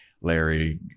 Larry